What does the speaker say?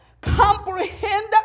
comprehend